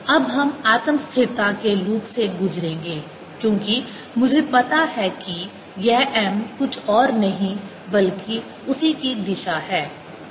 अब हम आत्म स्थिरता के लूप से गुजरेंगे क्योंकि मुझे पता है कि यह M कुछ और नहीं बल्कि उसी की दिशा है